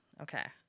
Okay